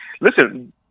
Listen